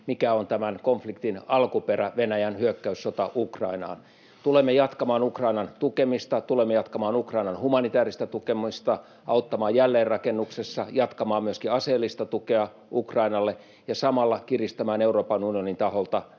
mikä on tämän konfliktin alkuperä — Venäjän hyökkäyssota Ukrainaan. Tulemme jatkamaan Ukrainan tukemista, tulemme jatkamaan Ukrainan humanitääristä tukemista, auttamaan jälleenrakennuksessa, jatkamaan myöskin aseellista tukea Ukrainalle ja samalla kiristämään Euroopan unionin taholta